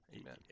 amen